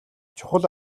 чухал